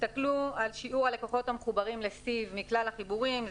תסתכלו על שיעור הלקוחות המחוברים מכלל החיבורים.